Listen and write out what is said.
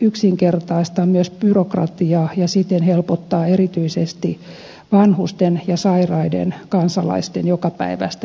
yksinkertaistaa myös byrokratiaa ja siten helpottaa erityisesti vanhusten ja sairaiden kansalaisten jokapäiväistä elämää